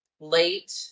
late